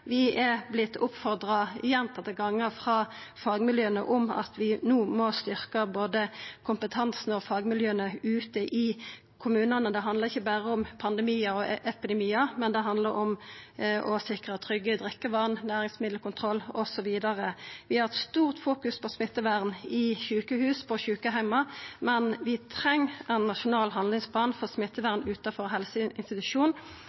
Vi har vorte oppfordra gjentatte gonger frå fagmiljøa om at vi no må styrkja både kompetansen og fagmiljøa ute i kommunane. Det handlar ikkje berre om pandemiar og epidemiar, men det handlar om å sikra trygt drikkevatn, næringsmiddelkontroll osv. Vi fokuserer mykje på smittevern i sjukehus og på sjukeheimar, men vi treng ein nasjonal handlingsplan for smittevern